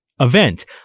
event